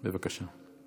בבקשה.